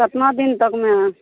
कतना दिन तकमे